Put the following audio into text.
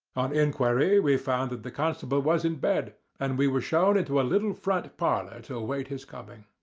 on enquiry we found that the constable was in bed, and we were shown into a little front parlour to await his coming.